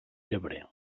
llebrer